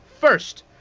first